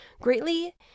greatly